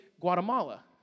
Guatemala